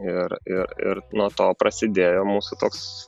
ir ir ir nuo to prasidėjo mūsų toks